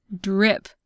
Drip